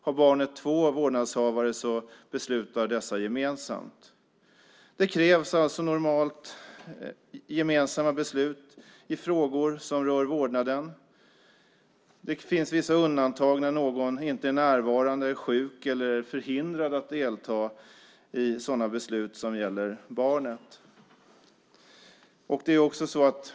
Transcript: Har barnet två vårdnadshavare beslutar dessa gemensamt. Det krävs alltså normalt gemensamma beslut i frågor som rör vårdnaden. Det finns vissa undantag, när någon inte är närvarande, sjuk eller förhindrad att delta i sådana beslut som gäller barnet.